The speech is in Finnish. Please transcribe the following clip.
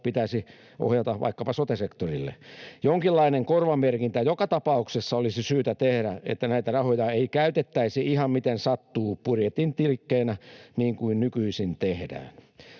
pitäisi ohjata vaikkapa sote-sektorille. Jonkinlainen korvamerkintä joka tapauksessa olisi syytä tehdä, niin että näitä rahoja ei käytettäisi ihan miten sattuu budjetin tilkkeenä niin kuin nykyisin tehdään.